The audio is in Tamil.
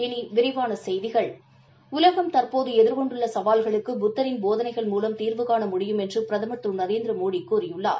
இனி விரிவான செய்திகள் உலகம் தற்போது எதிர்கொன்டுள்ள சவால்களுக்கு புத்தரின் போதனைகள் மூலம் தீர்வுகாண முடியும் என்று பிரதமர் திரு நரேந்திரமோடி கூறியுள்ளார்